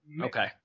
Okay